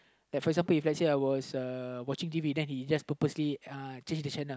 like for example if let's say I was uh watching T_V then he just purposely uh change the channel